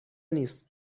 نیست